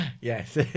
Yes